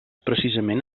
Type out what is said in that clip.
precisament